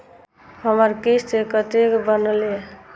हमर किस्त कतैक बनले?